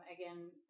again